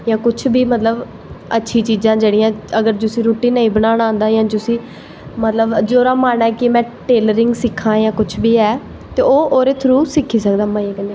जां कुश बी मतलव अच्छी चीज़ां जिसी रुट्टी नेंई बनाना आंदी जां जिसी मतलव जेह्दा मन ऐ कि में टेलरिंग सिक्खां जां जो बी ऐ ते ओह् ओह्दे थ्रू सिक्खी सकदा मज़े कन्नै